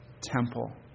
temple